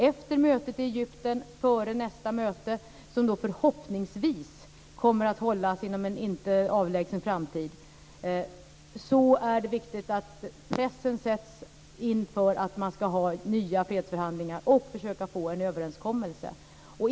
Efter mötet i Egypten och före nästa möte, som förhoppningsvis kommer att hållas inom en inte alltför avlägsen framtid, är det viktigt att press sätts in för att man ska ha nya fredsförhandlingar och försöka få en överenskommelse.